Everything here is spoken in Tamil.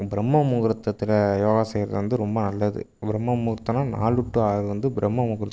பிரம்ம முகூர்த்தத்தில் யோகா செய்வது வந்து ரொம்ப நல்லது பிரம்ம முகூர்த்தம்னால் நாலு டூ ஆறு வந்து பிரம்ம முகூர்த்தம்